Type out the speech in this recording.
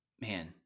man